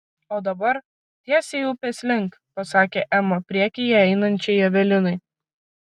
o dabar tiesiai upės link pasakė ema priekyje einančiai evelinai